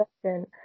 question